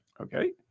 Okay